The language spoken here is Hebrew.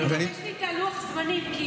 יש לי את לוח הזמנים, כי